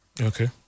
Okay